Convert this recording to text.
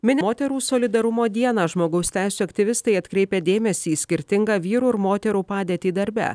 mini moterų solidarumo dieną žmogaus teisių aktyvistai atkreipė dėmesį į skirtingą vyrų ir moterų padėtį darbe